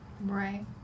Right